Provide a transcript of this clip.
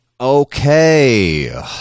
Okay